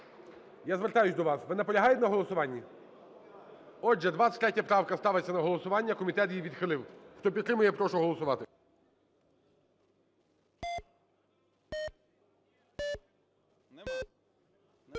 Я звертаюся до вас. Ви наполягаєте на голосуванні? Отже, 23 правка ставиться на голосування, комітет її відхилив. Хто підтримує, прошу голосувати.